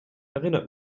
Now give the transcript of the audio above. erinnert